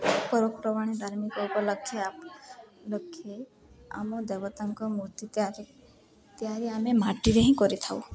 ପର୍ବପର୍ବାଣୀ ଧାର୍ମିକ ଉପଲକ୍ଷ ଲକ୍ଷେ ଆମ ଦେବତାଙ୍କ ମୂର୍ତ୍ତି ତିଆରି ତିଆରି ଆମେ ମାଟିରେ ହିଁ କରିଥାଉ